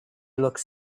looks